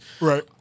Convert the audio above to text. Right